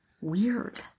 weird